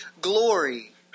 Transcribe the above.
glory